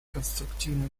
конструктивную